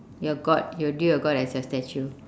your god you'll do your god as a statue